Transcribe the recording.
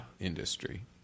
industry